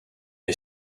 est